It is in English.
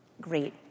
great